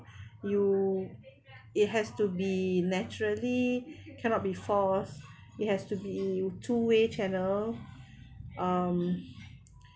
you it has to be naturally cannot be forced it has to be two way channel um